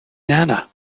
nana